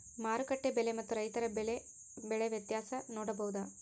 ಮಾರುಕಟ್ಟೆ ಬೆಲೆ ಮತ್ತು ರೈತರ ಬೆಳೆ ಬೆಲೆ ವ್ಯತ್ಯಾಸ ನೋಡಬಹುದಾ?